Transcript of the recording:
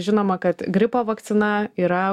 žinoma kad gripo vakcina yra